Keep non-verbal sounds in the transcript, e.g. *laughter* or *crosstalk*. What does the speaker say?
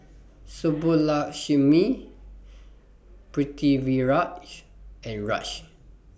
*noise* Subbulakshmi Pritiviraj and Raj